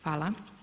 Hvala.